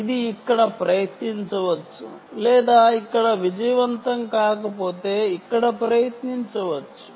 ఇది ఇక్కడ ప్రయత్నించవచ్చు లేదా ఇక్కడ విజయవంతం కాకపోతే ఇక్కడ ప్రయత్నించవచ్చు